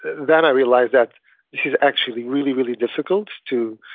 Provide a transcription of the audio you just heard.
then i realized that this is actually really, really difficult to